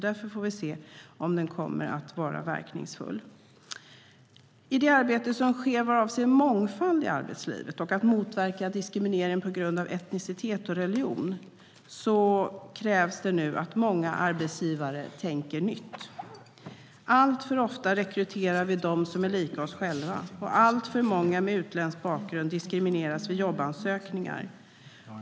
Därför får vi se om den kommer att vara verkningsfull.I det arbete som sker vad avser mångfald i arbetslivet och att motverka diskriminering på grund av etnicitet och religion krävs det att många arbetsgivare tänker nytt. Alltför ofta rekryterar vi dem som är lika oss själva, och alltför många med utländsk bakgrund diskrimineras vid jobbansökningar.